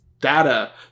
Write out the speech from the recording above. data